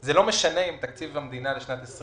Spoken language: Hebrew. זה לא משנה אם תקציב המדינה לשנת 2020